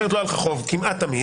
אחרת לא היה לך חוב כמעט תמיד,